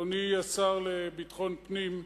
אדוני השר לביטחון פנים,